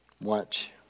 Watch